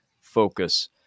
focus